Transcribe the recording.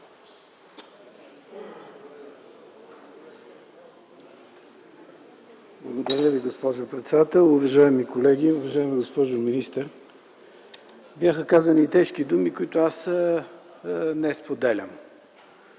Благодаря Ви, госпожо председател. Уважаеми колеги, уважаема госпожо министър! Бях казани тежки думи, които аз не споделям